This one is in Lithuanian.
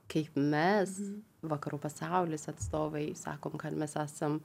kaip mes vakarų pasaulis atstovai sakom kad mes esam